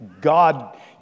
God